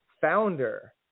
founder